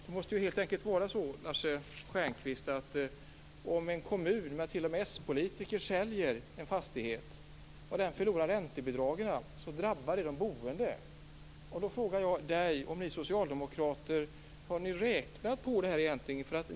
Det måste helt enkelt vara så, Lars Stjernkvist, att om en kommun - t.o.m. med s-politiker - säljer en fastighet och denna förlorar räntebidragen, drabbar det de boende. Då frågar jag om ni socialdemokrater har räknat på det här egentligen.